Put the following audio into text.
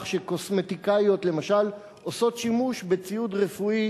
שקוסמטיקאיות למשל עושות שימוש בציוד רפואי